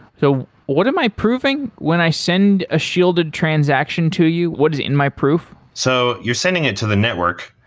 so what am i proving when i send a shielded transaction to you? what is it in my proof? so you're sending it to the network,